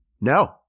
No